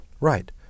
Right